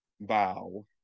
Bow